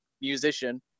musician